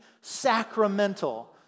Sacramental